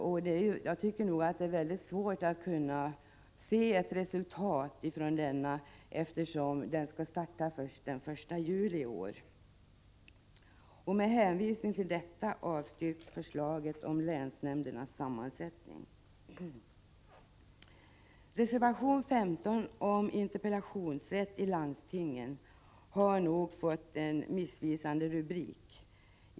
Men det är nog väldigt svårt att se ett resultat av denna, eftersom den skall starta först den 1 juli i år. Med hänvisning till detta avstyrks förslaget om länsnämndernas sammansättning. Reservation 15 om interpellationsrätt i landstingen har nog fått en missvisande rubrik.